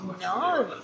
No